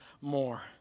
more